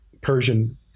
Persian